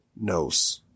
knows